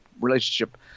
relationship –